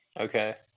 Okay